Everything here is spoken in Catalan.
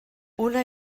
una